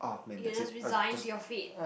you just resigned your fate